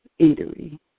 Eatery